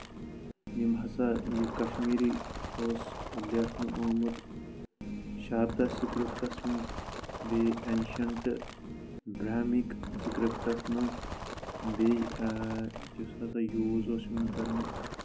یِم ہسا یہِ کشمیٖری اوس لیکھنہٕ آمُت شاردا سِکرِپٹس منٛز بیٚیہِ اؠنشَنٹہٕ برٛہمِک سکرپٹس منٛز بیٚیہِ یُس ہسا یوٗز اوس یِوان کرنہٕ